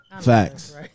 Facts